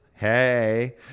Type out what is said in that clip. hey